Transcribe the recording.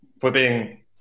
Flipping